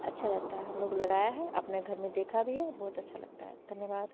अच्छा रहता है हम लोग लगाए हैं आपने घर में देखा भी है बहुत अच्छा लगता है धन्यवाद